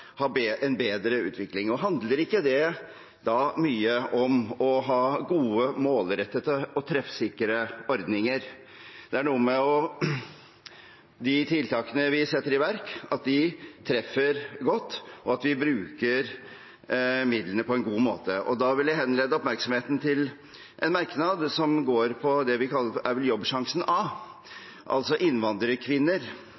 en bedre utvikling. Handler det ikke da mye om å ha gode, målrettede og treffsikre ordninger, at de tiltakene vi setter i verk, treffer godt, og at vi bruker midlene på en god måte? Jeg vil henlede oppmerksomheten på en merknad som går på det vi vel kaller Jobbsjansen del A, altså innvandrerkvinner, der SV – og Senterpartiet – sier at det er